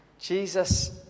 Jesus